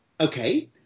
Okay